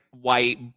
white